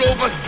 Over